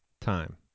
time